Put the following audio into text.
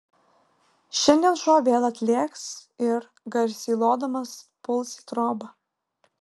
šiandien šuo vėl atlėks ir garsiai lodamas puls į trobą